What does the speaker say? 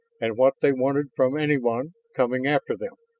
and what they wanted from anyone coming after them.